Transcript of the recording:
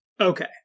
okay